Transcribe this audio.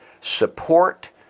support